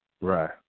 Right